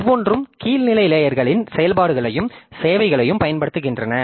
ஒவ்வொன்றும் கீழ் நிலை லேயர்களின் செயல்பாடுகளையும் சேவைகளையும் பயன்படுத்துகின்றன